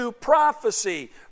prophecy